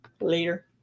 Later